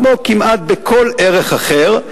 כמו כמעט בכל ערך אחר,